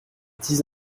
dix